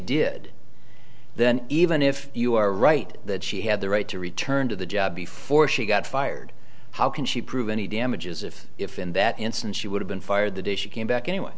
did then even if you are right that she had the right to return to the job before she got fired how can she prove any damages if if in that instance she would have been fired the day she came back anyway